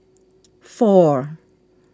four